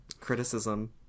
criticism